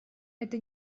это